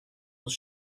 will